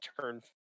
turn